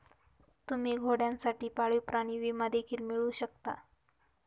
तुम्ही घोड्यांसाठी पाळीव प्राणी विमा देखील मिळवू शकता